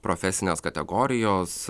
profesinės kategorijos